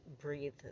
breathe